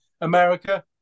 America